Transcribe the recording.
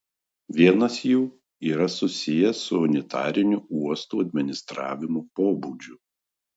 vienas jų yra susijęs su unitariniu uostų administravimo pobūdžiu